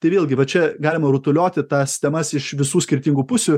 tai vėlgi va čia galima rutulioti tas temas iš visų skirtingų pusių